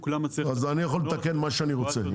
למה צריך -- אז אני יכול לתקן מה שאני רוצה,